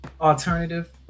alternative